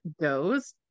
goes